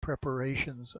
preparations